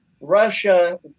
Russia